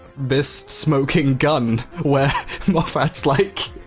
this smoking gun, where moffat's like,